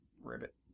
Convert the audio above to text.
Ribbit